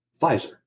Pfizer